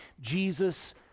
Jesus